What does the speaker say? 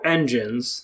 Engines